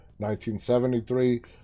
1973